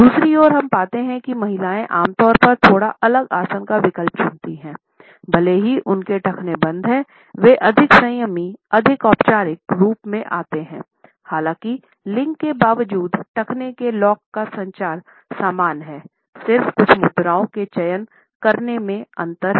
दूसरी ओर हम पाते हैं कि महिलाएं आमतौर पर थोड़े अलग आसन का विकल्प चुनती हैं भले ही उनके टखने बंद हैं वे अधिक संयमी अधिक औपचारिक रूप में आते हैंहालाँकि लिंग के बावजूद टखने के लॉक का संचार समान है सिर्फ कुछ मुद्राओं के चयन करने में अंतर हैं